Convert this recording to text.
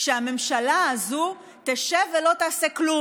שהממשלה הזאת תשב ולא תעשה כלום.